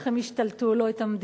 איך הם השתלטו לו על הוועידה,